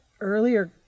earlier